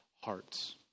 hearts